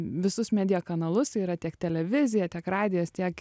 visus media kanalus tai yra tiek televizija tiek radijas tiek